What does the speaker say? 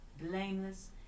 blameless